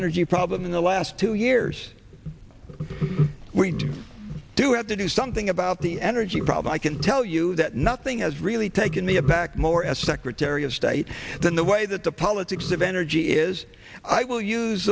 energy problem in the last two years we do have to do something about the energy problem i can tell you that nothing has really taken the impact more as secretary of state than the way that the politics of energy is i will use